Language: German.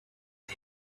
den